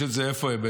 יש את זה, איפה הוא?